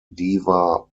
dewa